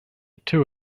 two